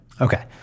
Okay